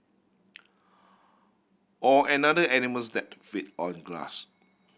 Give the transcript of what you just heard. or another animals that feed on grass